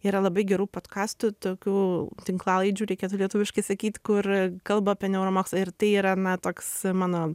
yra labai gerų potkastų tokių tinklalaidžių reikėtų lietuviškai sakyt kur kalba apie neuromokslą ir tai yra na toks mano